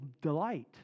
delight